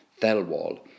Thelwall